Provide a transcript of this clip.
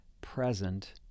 present